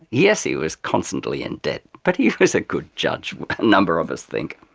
yes he was constantly in debt, but he was a good judge, a number of us think.